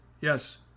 yes